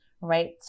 right